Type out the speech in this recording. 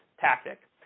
tactic